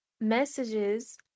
messages